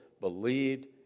believed